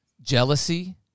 jealousy